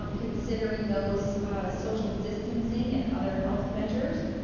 um considering those social distancing and other health measures,